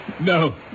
No